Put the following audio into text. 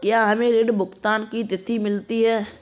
क्या हमें ऋण भुगतान की तिथि मिलती है?